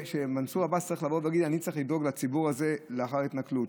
שמנסור עבאס צריך לבוא ולהגיד: אני צריך לדאוג לציבור הזה לאחר התנכלות.